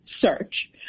search